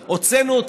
בין אנשים שאנחנו,